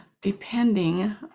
depending